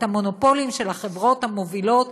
את המונופולים של החברות המובילות,